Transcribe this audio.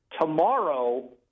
Tomorrow